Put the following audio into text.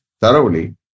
thoroughly